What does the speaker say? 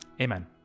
Amen